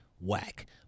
Whack